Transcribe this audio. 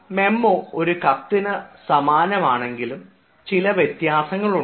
memo ഒരു കത്തിന് സമാനമാണെങ്കിലും ചില വ്യത്യാസങ്ങൾ ഉണ്ട്